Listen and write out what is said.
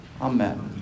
Amen